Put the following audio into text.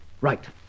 Right